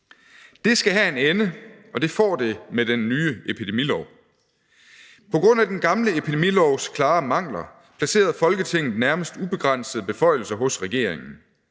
Det skal have en ende, og det får det med den nye epidemilov. På grund af den gamle epidemilovs klare mangler placerede Folketinget nærmest ubegrænsede beføjelser hos regeringen.